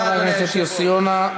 תודה רבה, חבר הכנסת יוסי יונה.